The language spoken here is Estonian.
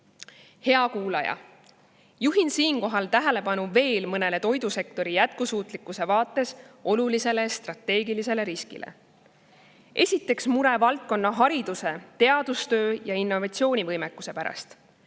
kuulaja! Juhin siinkohal tähelepanu veel mõnele toidusektori jätkusuutlikkuse vaates olulisele strateegilisele riskile. Esiteks mure selle valdkonna hariduse, teadustöö ja innovatsioonivõimekuse pärast.